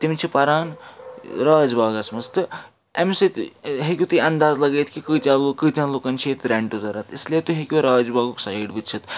تِم چھِ پَران راج باغَس منٛز تہٕ اَمہِ سۭتۍ ہیٚکو تُہۍ انٛداز لگٲوِتھ کہِ کٕتیٛاہ کٕتہن لُکَن چھِ ییٚتہِ رٮ۪نٛٹہٕ ضروٗرت اِسلیے تُہۍ ہیٚکِو راج باغُک سایڈ وُچھِتھ